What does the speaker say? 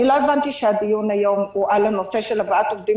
אני לא הבנתי שהדיון היום הוא על הנושא של הבאת עובדים